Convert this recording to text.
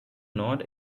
not